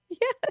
Yes